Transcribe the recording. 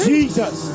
Jesus